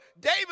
David